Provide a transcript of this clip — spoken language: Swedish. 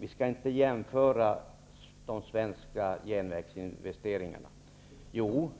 Vi skall inte jämföra de svenska järnvägsinvesteringarna med de investeringar som